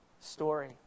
story